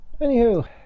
Anywho